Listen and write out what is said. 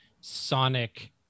sonic